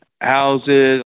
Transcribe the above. houses